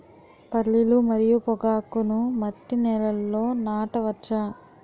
పల్లీలు మరియు పొగాకును మట్టి నేలల్లో నాట వచ్చా?